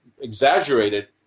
exaggerated